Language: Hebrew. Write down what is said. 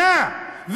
שנה,